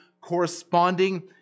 corresponding